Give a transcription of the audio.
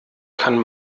kann